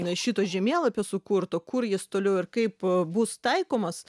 na šito žemėlapio sukurto kur jis toliau ir kaip bus taikomas